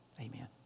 Amen